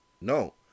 No